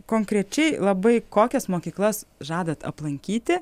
konkrečiai labai kokias mokyklas žadat aplankyti